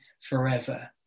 forever